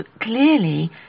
clearly